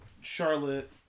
Charlotte